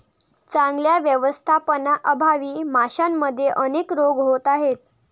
चांगल्या व्यवस्थापनाअभावी माशांमध्ये अनेक रोग होत आहेत